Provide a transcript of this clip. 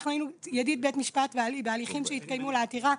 היינו ידיד בית משפט בהליכים שהתקיימו לעתירה.